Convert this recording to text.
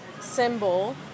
Symbol